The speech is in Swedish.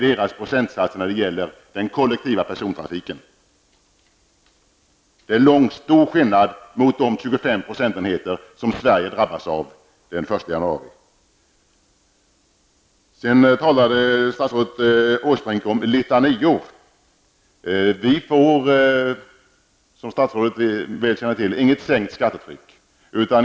Det är stor skillnad mot de 25 procentenheter som Sverige drabbas av den 1 januari. Sedan talade statsrådet Åsbrink om litanior. Vi får, som statsrådet väl känner till, inget sänkt skattetryck.